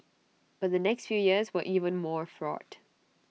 but the next few years were even more fraught